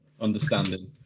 understanding